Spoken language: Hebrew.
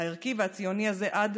הערכי והציוני הזה עד